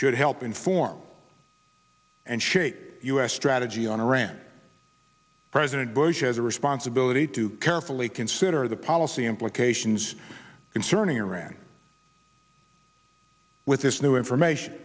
should help inform and shape u s strategy on iran president bush has a responsibility to carefully consider the policy implications concerning iran with this new information